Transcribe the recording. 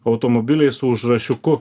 automobiliai su užrašiuku